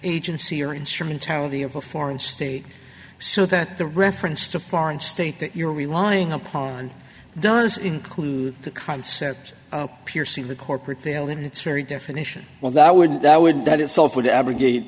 agency or instrumentality of a foreign state so that the reference to foreign state that you're relying upon does include the concept of piercing the corporate veil in its very definition well that would that would that itself would abrogate